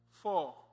Four